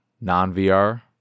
non-VR